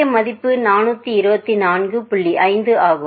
5 ஆகும்